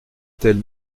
telle